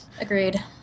Agreed